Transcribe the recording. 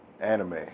Anime